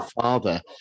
father